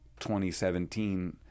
2017